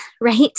right